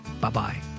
Bye-bye